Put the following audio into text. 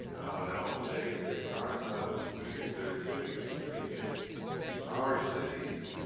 no, they hit our silos, we hit their cities, and they hit our cities.